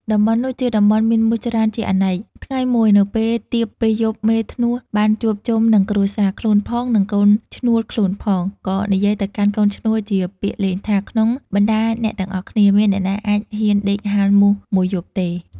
តំបន់នោះ ជាតំបន់មានមូសច្រើនជាអនេក ថ្ងៃមួយនៅពេលទៀបពេលយប់មេធ្នស់ បានជួបជុំនឹងគ្រួសារ ខ្លួនផង និងកូនឈ្នួលខ្លួនផង ក៏និយាយទៅកាន់កូនឈ្នួលជាពាក្យលេងថា ក្នុងបណ្តាអ្នកទាំងអស់គ្នា មានអ្នកណាអាចហ៊ានដេកហាលមូស ១ យប់ទេ។